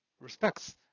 respects